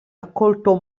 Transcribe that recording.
accolto